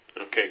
Okay